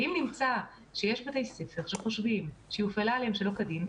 ואם ישנם בתי ספר שחושבים שהנוסחה הופעלה שלא כדין,